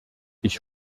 ich